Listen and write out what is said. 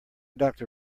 doctor